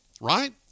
right